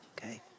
Okay